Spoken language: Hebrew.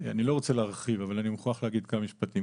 אני לא רוצה להרחיב אבל אני מוכרח להגיד כמה משפטים.